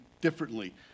differently